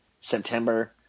September